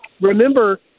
remember